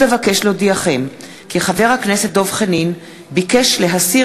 עוד אבקש להודיעכם כי חבר הכנסת דב חנין ביקש להסיר